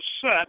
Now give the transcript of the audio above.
set